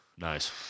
Nice